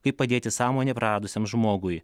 kaip padėti sąmonę praradusiam žmogui